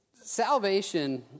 salvation